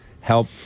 help